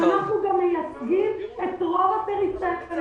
ואנחנו גם מייצגים את רוב הפריפריה,